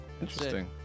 Interesting